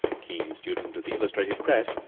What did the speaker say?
keen student of the illustrated press,